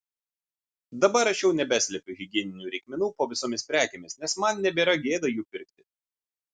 dabar aš jau nebeslepiu higieninių reikmenų po visomis prekėmis nes man nebėra gėda jų pirkti